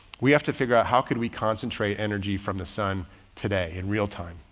we have to figure out how could we concentrate energy from the sun today in real time.